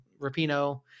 Rapino